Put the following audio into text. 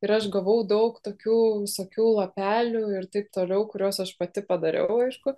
ir aš gavau daug tokių visokių lapelių ir taip toliau kuriuos aš pati padariau aišku